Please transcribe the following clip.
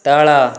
ତଳ